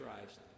Christ